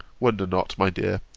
wonder not, my dear,